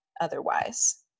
otherwise